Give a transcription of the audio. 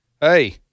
hey